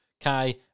Kai